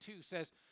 says